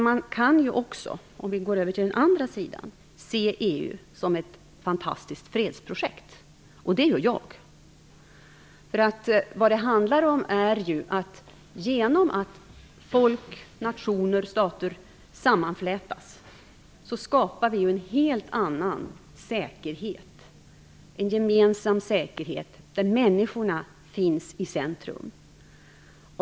Man kan ju också - om vi går över till den andra sidan - se EU som ett fantastiskt fredsprojekt. Det gör jag. Det handlar ju om att vi, genom att folk, nationer och stater sammanflätas, skapar en helt annan säkerhet - en gemensam säkerhet - där människorna finns i centrum.